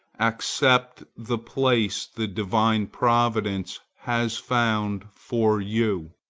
accept the place the divine providence has found for you,